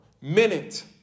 minute